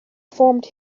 formed